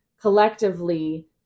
collectively